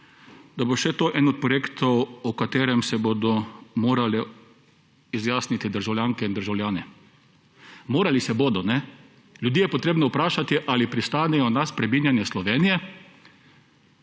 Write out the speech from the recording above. da bo še to eden od projektov, o katerem se bodo morali izjasniti državljanke in državljani. Morali se bodo. Ljudi je treba vprašati, ali pristanejo na spreminjanje Slovenije